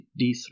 d3